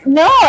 no